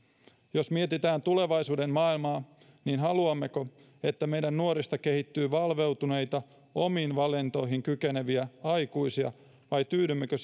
jos mietitään tulevaisuuden maailmaa niin haluammeko että meidän nuorista kehittyy valveutuneita omiin valintoihin kykeneviä aikuisia vai tyydymmekö